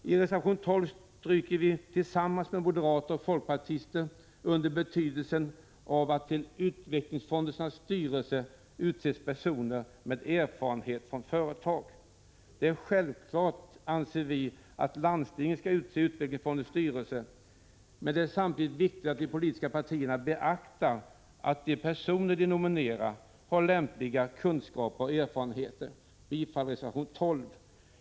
I reservation 12 stryker vi tillsammans med moderater och folkpartister under betydelsen av att till utvecklingsfondernas styrelser utses personer med erfarenhet från företag. Vi anser att det är självklart att landstingen skall utse utvecklingsfondernas styrelser. Men det är samtidigt viktigt att de politiska partierna beaktar att de personer som de nominerar har lämpliga kunskaper och erfarenhet. Jag yrkar bifall till reservation 12.